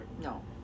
no